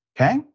okay